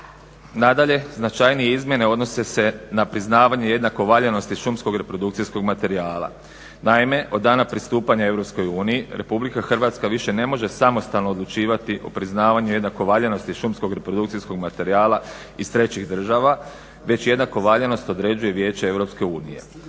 Nadalje, značajnije izmjene odnose se na priznavanje jednako valjanosti šumskog reprodukcijskog materijala. Naime, od dana pristupanja EU Republika Hrvatska više ne može samostalno odlučivati o priznavanju jednako valjanosti šumskog reprodukcijskog materijala iz trećih država već jednako valjanost određuje Vijeće EU.